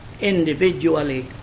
individually